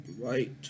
right